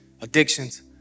addictions